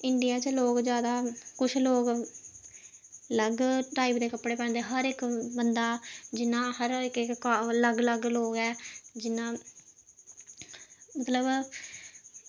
India च लोक जादा कुछ लोग अलग टाईप दे कपड़े पांदे हर इक बंदा जियां हर इक इक अलग अलग लोक ऐ जियां मतलब